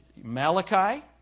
Malachi